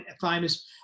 famous